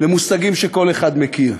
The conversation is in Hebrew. למושגים שכל אחד מכיר.